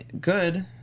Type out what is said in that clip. good